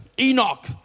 Enoch